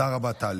תודה רבה, טלי.